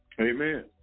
amen